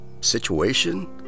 situation